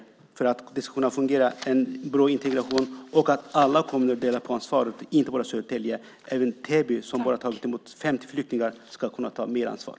Det handlar om att det ska kunna fungera, att det ska vara en bra integration och att alla kommuner delar på ansvaret, inte bara Södertälje. Även Täby, som bara tagit emot 50 flyktingar, ska kunna ta mer ansvar.